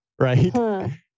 right